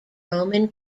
roman